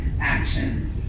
action